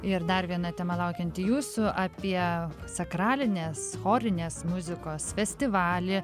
ir dar viena tema laukianti jūsų apie sakralinės chorinės muzikos festivalį